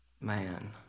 man